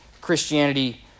Christianity